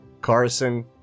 Carson